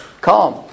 calm